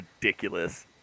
ridiculous